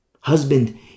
Husband